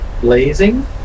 blazing